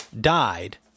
died